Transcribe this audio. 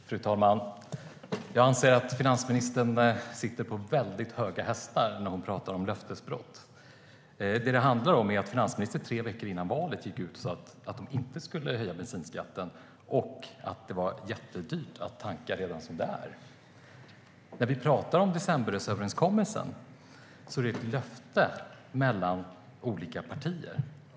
Fru talman! Jag anser att finansministern sitter på väldigt höga hästar när hon talar om löftesbrott. Tre veckor innan valet sa finansministern att man inte skulle höja bensinskatten och att det redan var jättedyrt att tanka. Decemberöverenskommelsen var ett löfte mellan olika partier.